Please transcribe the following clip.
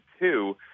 two